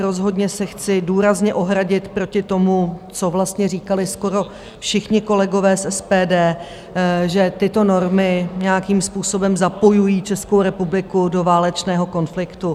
Rozhodně se chci důrazně ohradit proti tomu, co vlastně říkali skoro všichni kolegové z SPD, že tyto normy nějakým způsobem zapojují Českou republiku do válečného konfliktu.